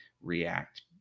react